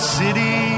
city